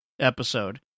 episode